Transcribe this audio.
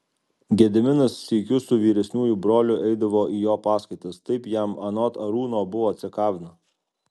gediminas sykiu su vyresniuoju broliu eidavo į jo paskaitas taip jam anot arūno buvo cekavna